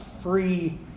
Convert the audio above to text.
free